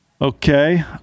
Okay